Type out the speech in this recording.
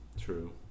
True